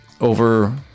over